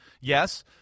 Yes